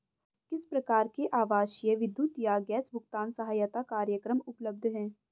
किस प्रकार के आवासीय विद्युत या गैस भुगतान सहायता कार्यक्रम उपलब्ध हैं?